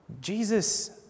Jesus